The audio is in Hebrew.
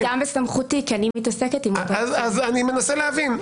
זה גם בסמכותי כי אני מתעסקת עם אותם --- אני מנסה להבין,